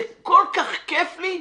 זה כל כך כיף לי,